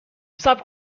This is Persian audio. صبر